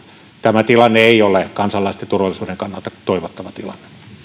tämä tilanne ei ole kansalaisten turvallisuuden kannalta toivottava